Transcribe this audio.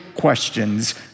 questions